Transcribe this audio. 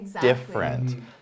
different